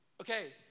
Okay